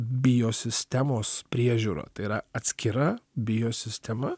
biosistemos priežiūra tai yra atskira biosistema